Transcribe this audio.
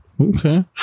Okay